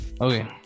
okay